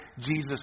Jesus